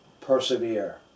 persevere